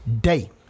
day